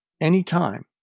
anytime